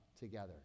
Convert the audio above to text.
together